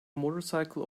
motorcycle